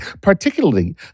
particularly